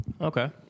Okay